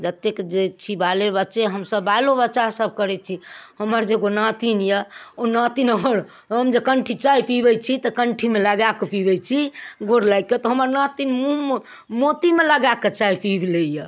जतेक जे छी बाले बच्चे हमसब बालो बच्चा सब करैत छी हमर जे एगो नातिन यऽ ओ नातिन हमर हम जे कंठी चाय पीबैत छी तऽ कंठीमे लगायके पीबैत छी गोर लागिके तऽ हमर नातिन मुँहमे मोतीमे लगायके चाय पीब लैया